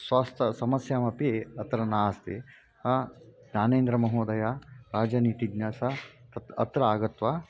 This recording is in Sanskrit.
स्वास्थ्यसमस्यापि अत्र नास्ति ज्ञानेन्द्रमहोदय राजनीतिज्ञः सा अत् अत्र आगत्वा